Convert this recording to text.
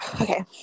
okay